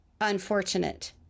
unfortunate